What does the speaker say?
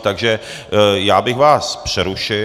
Takže já bych vás přerušil.